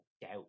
doubt